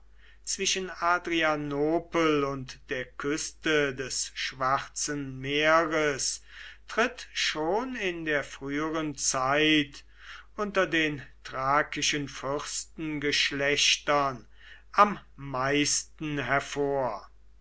zwischen adrianopel und der küste des schwarzen meeres tritt schon in der früheren zeit unter den thrakischen fürstengeschlechtern am meisten hervor